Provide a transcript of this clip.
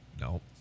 Nope